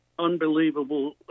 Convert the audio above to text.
Unbelievable